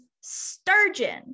sturgeon